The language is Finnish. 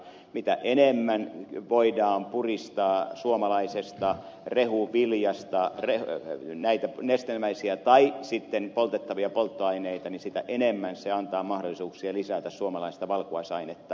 mitä enemmän suomalaisesta rehuviljasta voidaan puristaa näitä nestemäisiä tai poltettavia polttoaineita sitä enemmän se antaa mahdollisuuksia lisätä suomalaista valkuaisainetta